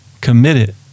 committed